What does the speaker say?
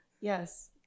Yes